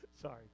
Sorry